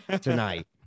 tonight